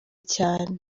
cyane